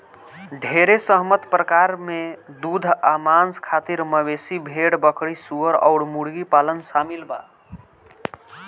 ढेरे सहमत प्रकार में दूध आ मांस खातिर मवेशी, भेड़, बकरी, सूअर अउर मुर्गी पालन शामिल बा